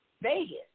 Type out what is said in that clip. Vegas